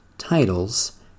titles